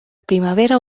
primavera